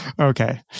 Okay